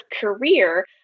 career